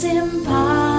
impossible